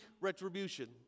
retribution